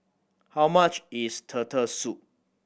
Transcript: how much is Turtle Soup